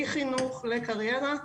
מחינוך לקריירה,